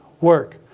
work